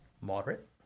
moderate